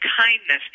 kindness